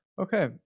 Okay